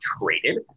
traded